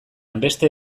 beste